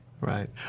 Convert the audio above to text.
Right